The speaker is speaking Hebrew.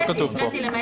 זה לא כתוב פה.